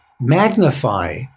magnify